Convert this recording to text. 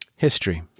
History